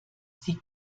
sie